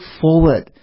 forward